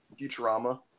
Futurama